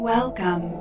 Welcome